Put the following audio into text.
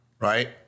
right